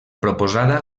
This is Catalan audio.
proposada